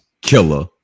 killer